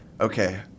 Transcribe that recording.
okay